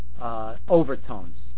overtones